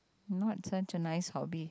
not such a nice hobby